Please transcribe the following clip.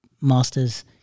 masters